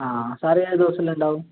ആ സാറെ ഞാൻ ഏത് ദിവസമെല്ലാം ഉണ്ടാവും